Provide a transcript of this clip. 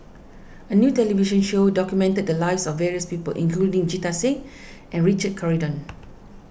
a new television show documented the lives of various people including Jita Singh and Richard Corridon